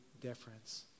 difference